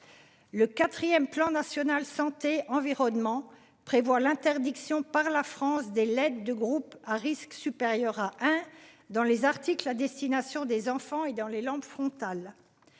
Le 4ème Plan national Santé environnement prévoit l'interdiction par la France des l'aide de groupes à risque supérieur à 1 dans les articles à destination des enfants et dans les lampes frontales.